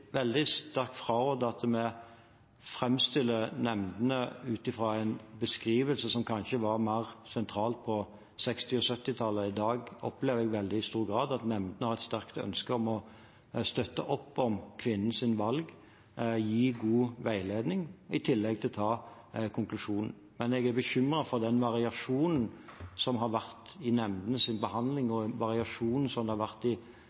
i veldig stor grad at nemndene har et sterkt ønske om å støtte opp om kvinnens valg, gi god veiledning, i tillegg til å ta konklusjonen, men jeg er bekymret for den variasjonen som har vært i nemndenes behandling, og variasjonen som det f.eks. har vært i